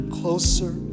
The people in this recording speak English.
closer